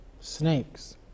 snakes